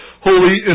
holy